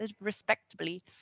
respectably